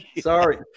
Sorry